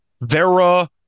Vera